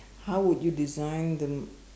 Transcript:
how would you design them